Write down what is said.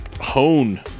hone